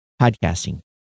podcasting